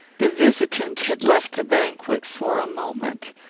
the visitant had left the banquet for a moment,